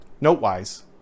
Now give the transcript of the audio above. note-wise